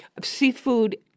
Seafood